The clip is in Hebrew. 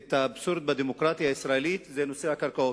את האבסורד בדמוקרטיה הישראלית, זה נושא הקרקעות.